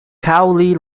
cowley